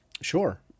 Sure